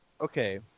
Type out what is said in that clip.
Okay